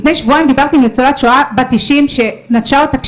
לפני שבועיים דיבתי עם ניצולת שואה קשישה בת 90 שנטשו אותה,